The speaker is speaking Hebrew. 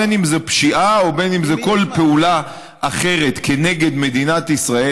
בין אם זה פשיעה ובין אם זה כל פעולה אחרת כנגד מדינת ישראל,